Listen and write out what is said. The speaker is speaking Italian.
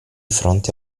fronte